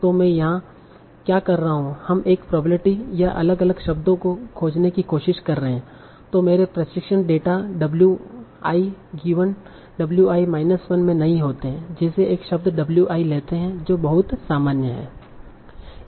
तों में यहाँ क्या कर रहा हूँ हम एक प्रोबेबिलिटी या अलग अलग शब्दों को खोजने की कोशिश कर रहे हैं जो मेरे प्रशिक्षण data w i given w i minus 1 में नहीं होते हैं जैसे एक शब्द w i लेंते है जो बहुत सामान्य है